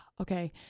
okay